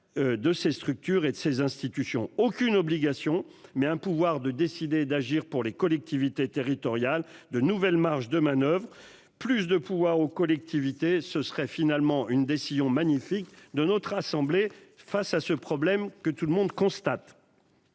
De ses structures et ses institutions aucune obligation mais un pouvoir de décider d'agir pour les collectivités territoriales de nouvelles marges de manoeuvre plus de pouvoir aux collectivités, ce serait finalement une décision magnifique de notre assemblée. Face à ce problème, que tout le monde constate.